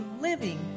living